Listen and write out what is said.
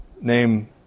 name